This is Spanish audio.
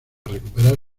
recuperar